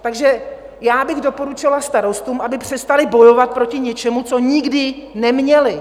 Takže bych doporučila starostům, aby přestali bojovat proti něčemu, co nikdy neměli.